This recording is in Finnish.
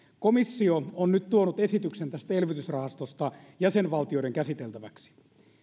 komissio on nyt tuonut esityksen tästä elvytysrahastosta jäsenvaltioiden käsiteltäväksi